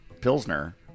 Pilsner